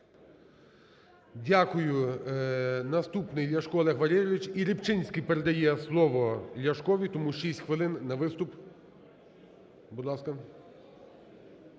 Дякую. Наступний Ляшко Олег Валерійович. І Рибчинський передає слово Ляшкові, тому 6 хвилин на виступ. Будь ласка.